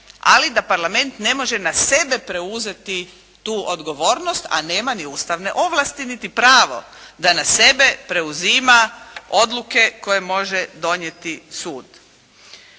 ali da Parlament ne može na sebe preuzeti tu odgovornost, a nema ni Ustavne ovlasti niti pravo da na sebe preuzima odluke koje može donijeti sud.